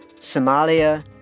Somalia